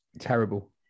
terrible